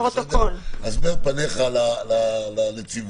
הסבר פניך לנציבות.